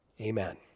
Amen